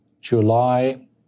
July